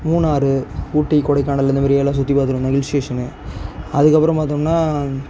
மூணாறு ஊட்டி கொடைக்கானல் இந்த மாரி இதெல்லாம் சுற்றி பார்த்துட்டு வந்தோம் ஹில்ஸ் ஸ்டேஷனு அதற்கப்றம் பார்த்தோம்ன்னா